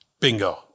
Bingo